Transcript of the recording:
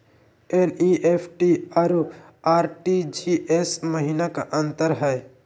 NEFT अरु RTGS महिना का अंतर हई?